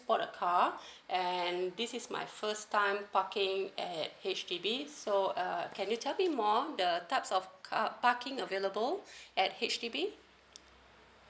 bought a car and this is my first time parking at H_D_B so uh can you tell me more the types of ca~ parking available at H_D_B